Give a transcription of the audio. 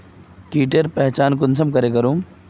कीटेर पहचान कुंसम करे करूम?